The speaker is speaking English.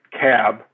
cab